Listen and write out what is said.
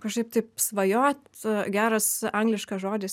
kažkaip taip svajot geras angliškas žodis